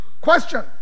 Question